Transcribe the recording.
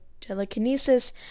telekinesis